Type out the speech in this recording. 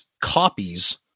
copies